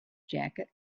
jacket